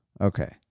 Okay